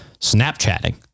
Snapchatting